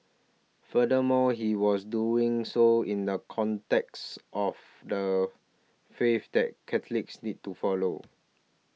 furthermore he was doing so in the context of the faith that Catholics need to follow